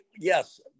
yes